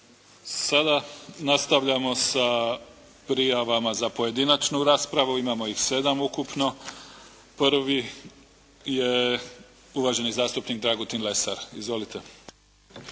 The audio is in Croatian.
Sada nastavljamo sa prijavama za pojedinačnu raspravu. Imamo ih 7 ukupno. Prvi je uvaženi zastupnik Dragutin Lesar. Izvolite.